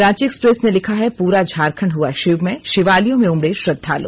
Ranchi Express ने लिखा है पूरा झारखंड हुआ शिवमय शिवालयों में उमड़े श्रद्वालु